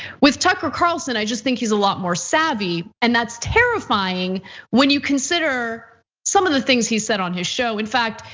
with tucker carlson, i just think he's a lot more savvy. and that's terrifying when you consider some of the things he said on his show. in fact,